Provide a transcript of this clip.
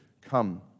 come